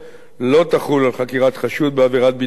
לא תחול על חקירת חשוד בעבירת ביטחון.